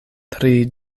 tri